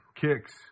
kicks